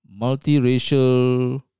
multiracial